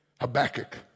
Habakkuk